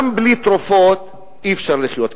גם בלי תרופות אי-אפשר לחיות.